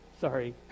Sorry